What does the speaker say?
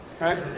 right